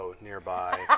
nearby